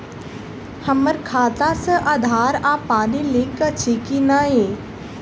हम्मर खाता सऽ आधार आ पानि लिंक अछि की नहि?